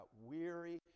weary